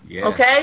okay